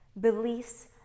Beliefs